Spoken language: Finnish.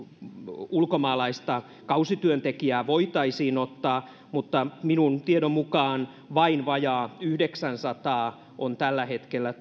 ulkomaalaista kausityöntekijää voitaisiin ottaa mutta minun tietoni mukaan vain vajaa yhdeksänsataa on tällä hetkellä